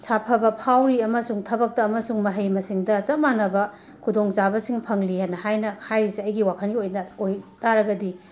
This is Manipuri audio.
ꯁꯥꯐꯕ ꯐꯥꯎꯔꯤ ꯑꯃꯁꯨꯡ ꯊꯕꯛꯇ ꯑꯃꯁꯨꯡ ꯃꯍꯩ ꯃꯁꯤꯡꯗ ꯆꯞ ꯃꯥꯟꯅꯕ ꯈꯨꯗꯣꯡꯆꯥꯕꯁꯤꯡ ꯐꯪꯂꯤꯌꯦꯅ ꯍꯥꯏꯅ ꯍꯥꯏꯔꯤꯁꯦ ꯑꯩꯒꯤ ꯋꯥꯈꯜꯒꯤ ꯑꯣꯏꯅ ꯑꯣꯏ ꯇꯥꯔꯒꯗꯤ